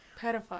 Pedophile